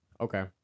Okay